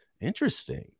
Interesting